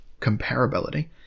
comparability